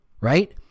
Right